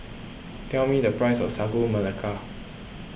tell me the price of Sagu Melaka